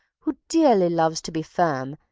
who dearly loves to be firm,